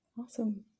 Awesome